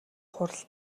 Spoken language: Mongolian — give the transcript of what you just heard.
хурал